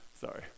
Sorry